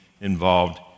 involved